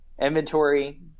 Inventory